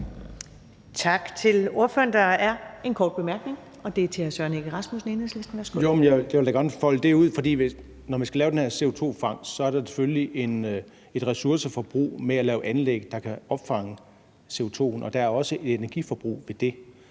Tak til ordføreren. Der er en kort bemærkning fra hr. Søren Egge Rasmussen, Enhedslisten. Værsgo. Kl. 16:08 Søren Egge Rasmussen (EL): Jamen jeg vil da gerne folde det ud: Når man skal lave den her CO2-fangst, er der selvfølgelig et ressourceforbrug med at lave anlæg, der kan opfange CO2'en, og der er også et energiforbrug ved det.